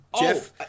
Jeff